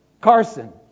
Carson